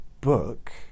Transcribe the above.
book